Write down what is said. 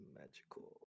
Magical